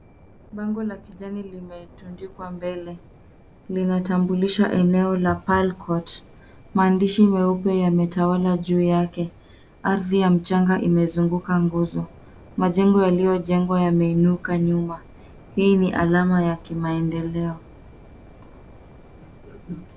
Bango la kijani limetundikwa mbele, linatambulisha eneo la Pearl Court. Maandishi meupe yametawala juu yake. Ardhi ya mchanga imezunguka nguzo. Majengo yaliyojengwa yameinuka nyuma. Hii ni alama ya kimaendeleo.